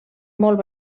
molt